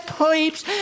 pipes